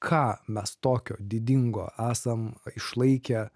ką mes tokio didingo esam išlaikę